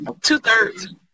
Two-thirds